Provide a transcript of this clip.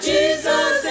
Jesus